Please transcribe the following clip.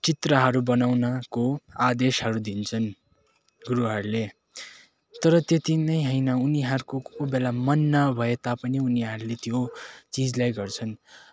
चित्रहरू बनाउनको आदेशहरू दिन्छन् गुरुहरूले तर त्यति नै होइन उनीहरूको को को बेला मन नभए तापनि उनीहरूले त्यो चिजलाई गर्छन्